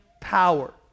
power